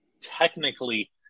technically